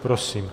Prosím.